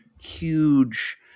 huge